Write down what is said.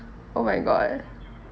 oh my god